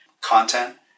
content